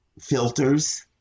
filters